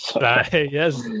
Yes